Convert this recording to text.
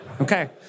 Okay